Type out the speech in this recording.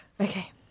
Okay